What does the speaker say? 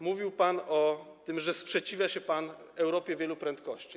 Mówił pan o tym, że sprzeciwia się pan Europie wielu prędkości.